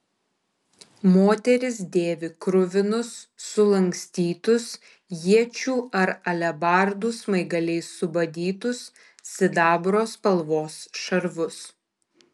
moteris dėvi kruvinus sulankstytus iečių ar alebardų smaigaliais subadytus sidabro spalvos šarvus